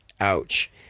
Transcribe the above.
Ouch